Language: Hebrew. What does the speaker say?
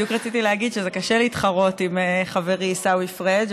בדיוק רציתי להגיד שזה קשה להתחרות בחברי עיסאווי פריג',